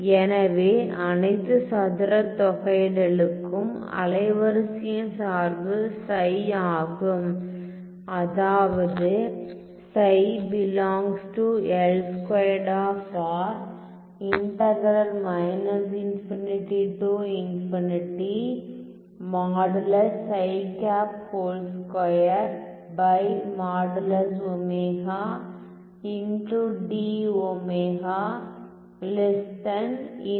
எனவே அனைத்து சதுர தொகையிடலுக்கும் அலைவரிசையின் சார்பு ψ ஆகும் அதாவது ψ ∈ L2